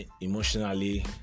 emotionally